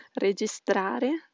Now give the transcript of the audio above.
registrare